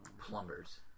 Plumbers